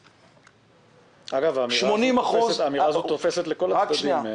אגב, האמירה הזאת תופסת לכל הצדדים.